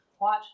watch